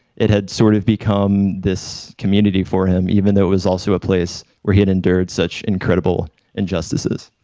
it had sort of become this community for him, even though it was also a place where he had endured such incredible injustices.